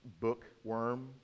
bookworm